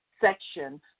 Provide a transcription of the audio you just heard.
section